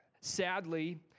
Sadly